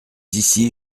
ici